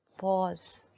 Pause